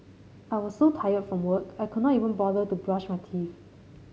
I was so tired from work I could not even bother to brush my teeth